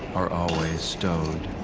are always stowed.